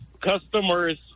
customer's